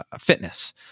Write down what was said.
fitness